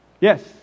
Yes